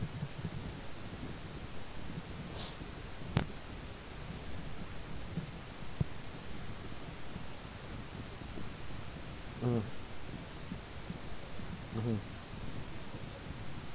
mm mmhmm